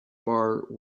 bar